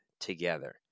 together